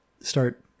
start